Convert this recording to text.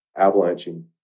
avalanching